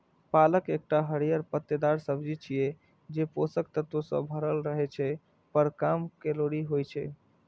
पालक एकटा हरियर पत्तेदार सब्जी छियै, जे पोषक तत्व सं भरल रहै छै, पर कम कैलोरी होइ छै